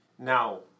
Now